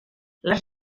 les